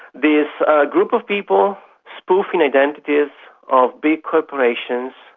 this group of people spoofing identities of big corporations,